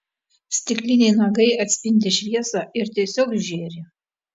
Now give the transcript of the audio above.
stikliniai nagai atspindi šviesą ir tiesiog žėri